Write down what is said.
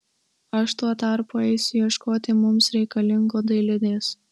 aš tuo tarpu eisiu ieškoti mums reikalingo dailidės